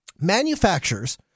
Manufacturers